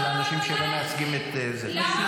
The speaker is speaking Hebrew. אנשים שלא מייצגים את --- אז שיתגייסו.